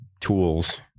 tools